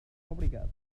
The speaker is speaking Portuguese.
obrigado